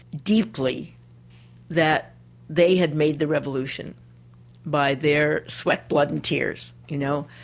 deeply that they had made the revolution by their sweat, blood and tears, you know,